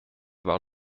war